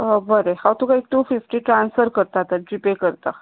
बरें हांव तुका एक टू फिफ्टी ट्रांस्फर करता तर जी पे करता